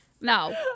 No